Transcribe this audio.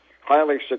Highly